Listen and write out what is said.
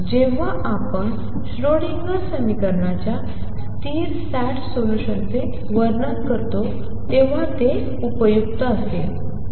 जेव्हा आपण श्रोडिंगर समीकरणाच्या स्थिर सॅट सोल्यूशन्सचे वर्णन करतो तेव्हा ते उपयुक्त असावे